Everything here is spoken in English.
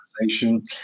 organization